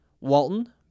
Walton